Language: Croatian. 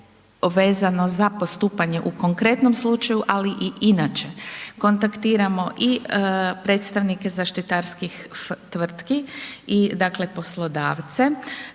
vezano za postupanje u konkretnom slučaju ali i inače kontaktiramo i predstavnike zaštitarskih tvrtki i dakle poslodavce